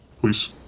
please